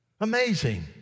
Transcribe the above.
Amazing